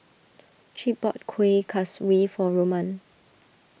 Chip bought Kueh Kaswi for Roman